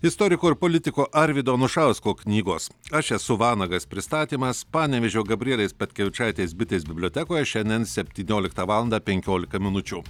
istoriko ir politiko arvydo anušausko knygos aš esu vanagas pristatymas panevėžio gabrielės petkevičaitės bitės bibliotekoje šiandien septynioliktą valandą penkiolika minučių